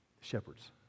shepherds